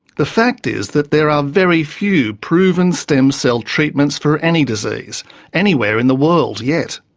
the fact is that there are very few proven stem cell treatments for any disease anywhere in the world yet.